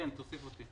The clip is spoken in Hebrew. תוסיף אותי.